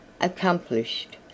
accomplished